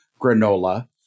granola